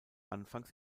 anfangs